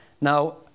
Now